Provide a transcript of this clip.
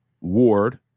Ward